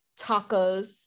tacos